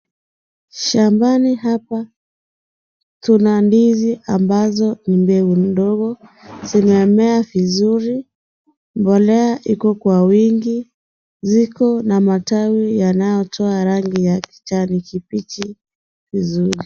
Shambani hapa kuna ndizi ambazo ni ndogo zimemea vizuri. Mbolea iko kwa wingi, ziko na majani yanayotoa majani ya rangi ya kijani kimbichi vizuri.